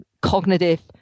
cognitive